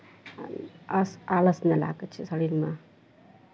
अस आलस नहि लागै छै शरीरमे